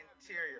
Interior